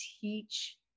teach